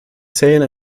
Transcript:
sale